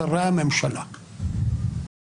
בית המשפט אדמיניסטרטיבי להמשך כהונה.